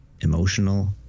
emotional